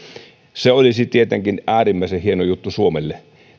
olisi tietenkin äärimmäisen hieno juttu suomelle